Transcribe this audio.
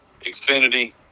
Xfinity